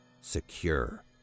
Secure